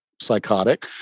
psychotic